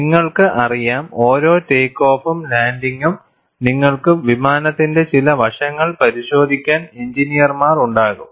നിങ്ങൾക്ക് അറിയാം ഓരോ ടേക്ക് ഓഫും ലാൻഡിംഗും നിങ്ങൾക്ക് വിമാനത്തിന്റെ ചില വശങ്ങൾ പരിശോധിക്കാൻ എഞ്ചിനീയർമാർ ഉണ്ടാകും